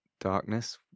darkness